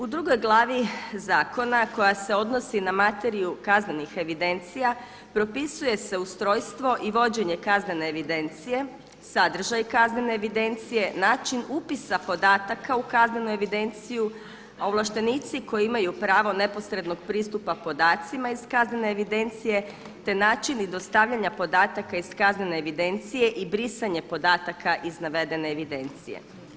U drugoj glavi zakona koja se odnosi na materiju kaznenih evidencija, propisuje se ustrojstvo i vođenje kaznene evidencije, sadržaj kaznene evidencije, način upisa podataka u kaznenu evidenciju, a ovlaštenici koji imaju pravo neposrednog pristupa podacima iz kaznene evidencije, te način i dostavljanja podataka iz kaznene evidencije i brisanje podataka iz navedene evidencije.